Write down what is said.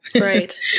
right